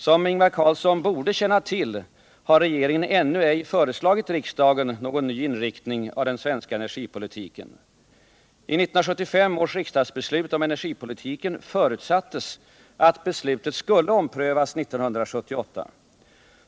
Som Ingvar Carlsson borde känna till har regeringen ännu ej föreslagit riksdagen någon ny inriktning av den svenska energipolitiken. I 1975 års riksdagsbeslut om energipolitiken förutsattes att beslutet skulle omprövas 1978.